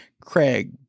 Craig